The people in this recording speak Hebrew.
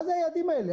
מה זה היעדים האלה?